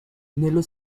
nello